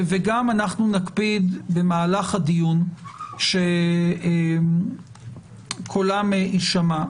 וגם נקפיד במהלך הדיון שקולם יישמע.